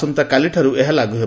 ଆସନ୍ତାକାଲିଠାରୁ ଏହା ଲାଗୁ ହେବ